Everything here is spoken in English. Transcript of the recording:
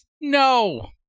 no